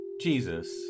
Jesus